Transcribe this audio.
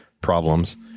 problems